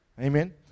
amen